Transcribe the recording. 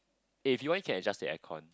eh if you want you can adjust the air con